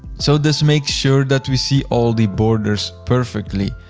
so this makes sure that we see all the borders perfectly.